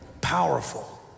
powerful